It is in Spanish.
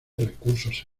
recursos